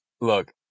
look